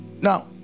Now